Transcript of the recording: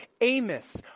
Amos